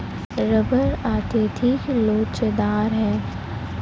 rubber अत्यधिक लोचदार है